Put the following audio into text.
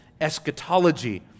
eschatology